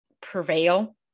prevail